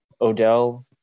Odell